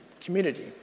community